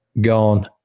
gone